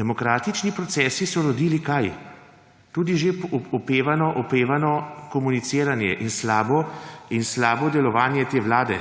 demokratični protesti? Tudi že opevano komuniciranje in slabo delovanje te vlade,